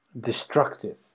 destructive